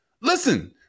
Listen